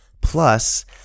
Plus